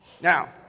Now